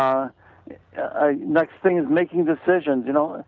um ah next thing is making decision. you know,